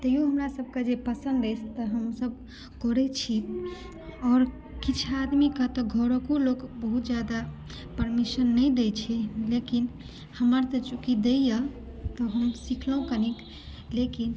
तैयो हमरा सब के जे पसन्द अछि तऽ हमसब करै छी आओर किछु आदमी के तऽ घरोक लोक बहुत जादा परमिशन नहि दै छै लेकिन हमर तऽ चुकि दैया तऽ हम सीखलहुॅं कनीक लेकिन